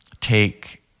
take